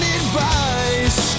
advice